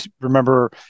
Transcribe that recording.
remember